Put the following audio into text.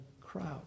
crowd